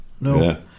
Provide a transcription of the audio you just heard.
no